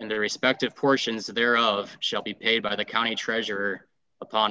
and their respective portions there of shall be paid by the county treasurer upon